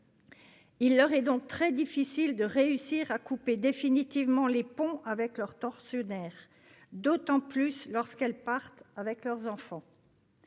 Il leur est donc très difficile de couper définitivement les ponts avec leur tortionnaire, d'autant plus lorsqu'elles partent avec leurs enfants.